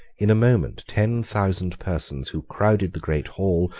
in a moment ten thousand persons, who crowded the great hall,